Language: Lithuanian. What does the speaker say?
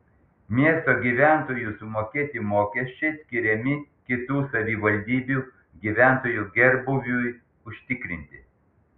miesto gyventojų sumokėti mokesčiai skiriami kitų savivaldybių gyventojų gerbūviui užtikrinti